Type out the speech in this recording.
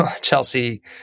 Chelsea